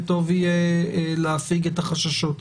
וטוב יהיה להפיג את החששות.